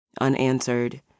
Unanswered